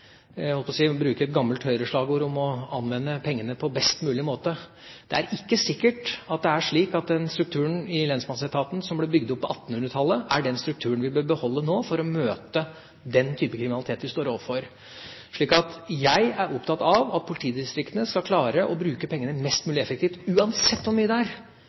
Jeg holdt på å bruke et gammelt Høyre-slagord om å anvende pengene på best mulig måte. Det er ikke sikkert at det er slik at den strukturen i lensmannsetaten som ble bygd opp på 1800-tallet, er den strukturen vi bør beholde nå for å møte den type kriminalitet vi står overfor. Jeg er opptatt av at politidistriktene skal klare å bruke pengene mest mulig effektivt, uansett hvor mye det er.